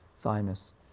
thymus